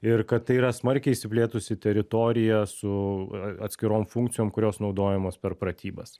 ir kad tai yra smarkiai išsiplėtusi teritorija su atskirom funkcijom kurios naudojamos per pratybas